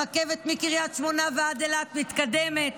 הרכבת מקריית שמונה ועד אילת מתקדמת,